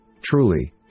Truly